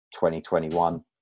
2021